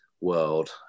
world